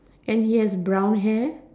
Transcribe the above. and he has brown hair